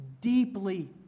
deeply